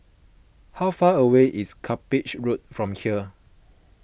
how far away is Cuppage Road from here